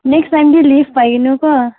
next ꯇꯥꯏꯝꯗꯤ ꯂꯤꯐ ꯄꯥꯏꯒꯅꯨꯀꯣ